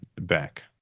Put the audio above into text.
back